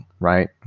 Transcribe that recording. right